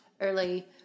early